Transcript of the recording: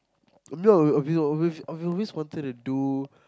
no we've we've we've always wanted to do